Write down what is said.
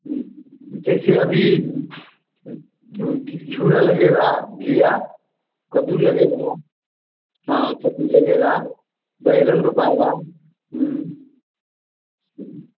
जैसे अभी ज्यों कि खीरा लगेगा घिया कद्दू लगेगा हँ सब्जी लगेगा बैंगन रोपाएगा